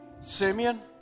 Simeon